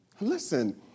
Listen